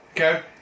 okay